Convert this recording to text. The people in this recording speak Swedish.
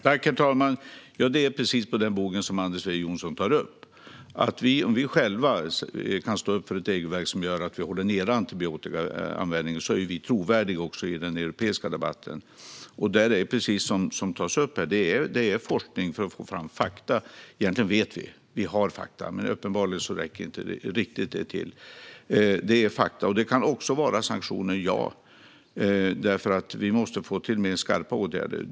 Herr talman! Det är precis på den bogen som Anders W Jonsson tar upp. Om vi själva kan stå upp för ett regelverk som gör att vi håller nere antibiotikaanvändningen är vi trovärdiga också i den europeiska debatten. Det handlar, precis som nämnts här, om forskning för att få fram fakta. Egentligen vet vi; vi har fakta. Men det räcker uppenbarligen inte riktigt. Det kan också vara sanktioner. Vi måste få till stånd skarpare åtgärder.